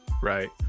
right